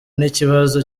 n’ikibazo